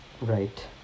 right